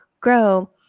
grow